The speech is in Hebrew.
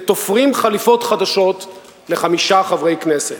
ותופרים חליפות חדשות לחמישה חברי כנסת.